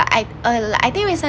I uh I think recently